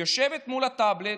היא יושבת מול הטאבלט,